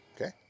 Okay